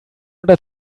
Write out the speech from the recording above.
oder